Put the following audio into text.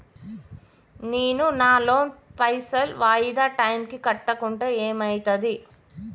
నేను నా లోన్ పైసల్ వాయిదా టైం కి కట్టకుంటే ఏమైతది?